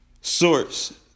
source